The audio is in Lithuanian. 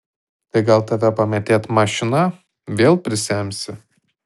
tai gal tave pamėtėt mašina vėl prisemsi